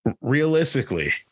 Realistically